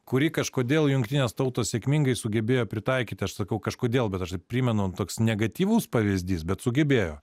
kurį kažkodėl jungtinės tautos sėkmingai sugebėjo pritaikyti aš sakau kažkodėl bet aš taip primenu toks negatyvus pavyzdys bet sugebėjo